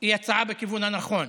היא הצעה בכיוון הנכון,